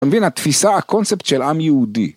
מבין התפיסה הקונספט של עם יהודי